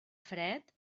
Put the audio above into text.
fred